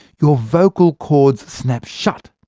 your vocal cords snaps shut.